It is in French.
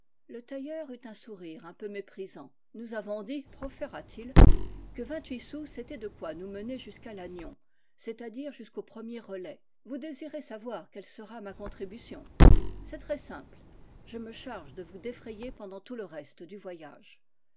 le tailleur eut un sourire un peu méprisant nous avons dit proféra t il que vingt-huit sous c'était de quoi nous mener jusqu'à lannion c'est-à-dire jusqu'au premier relai vous désirez savoir quelle sera ma contribu tion c'est très simple je me charge de vous défrayer pen dant tout le reste du voyage